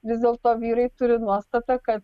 vis dėlto vyrai turi nuostatą kad